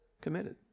committed